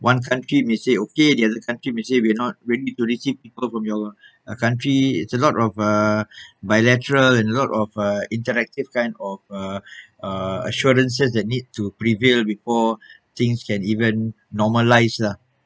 one country may say okay the other country may say we're not ready to receive people from your uh country it's a lot of a bilateral and lot of uh interactive kind of uh uh assurances that need to prevail before things can even normalised lah